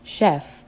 Chef